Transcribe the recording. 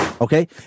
Okay